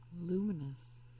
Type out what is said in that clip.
Luminous